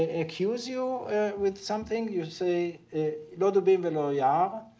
ah accuse you with something you say lo dubiim v'lo ya'r,